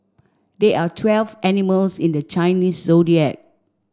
there are twelve animals in the Chinese Zodiac